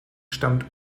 stammt